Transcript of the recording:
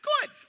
good